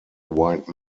white